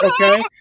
okay